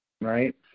Right